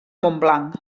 montblanc